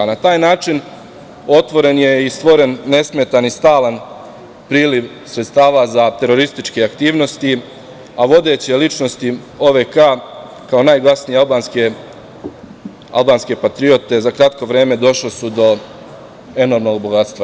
Na taj način otvoren je i stvoren nesmetani i stalan priliv sredstava za terorističke aktivnosti, a vodeće ličnosti OVK kao najglasnije albanske patriote za kratko vreme došle su do enormnog bogatstva.